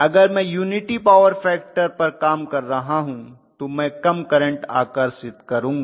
अगर मैं unity power factor पर काम कर रहा हूं तो मैं कम करंट आकर्षित करूँगा